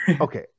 okay